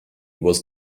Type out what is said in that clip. was